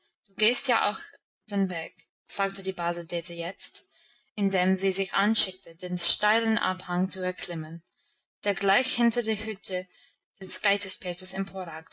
gehst ja auch den weg sagte die base dete jetzt indem sie sich anschickte den steilen abhang zu erklimmen der gleich hinter der hütte des